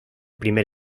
primer